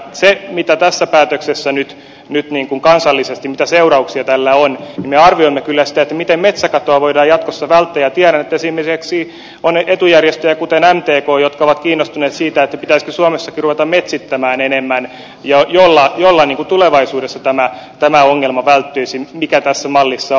siinä mitä seurauksia tällä päätöksellä nyt kansallisesti on me arvioimme kyllä sitä miten metsäkatoa voidaan jatkossa välttää ja tiedän että esimerkiksi on etujärjestöjä kuten mtk jotka ovat kiinnostuneet siitä pitäisikö suomessakin ruveta metsittämään enemmän millä tulevaisuudessa tämä ongelma välttyisi mikä tässä mallissa on